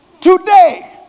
Today